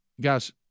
Guys